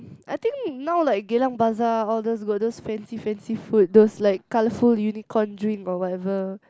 I think now like Geylang bazaar all those got those fancy fancy food those like colorful unicorn drink or whatever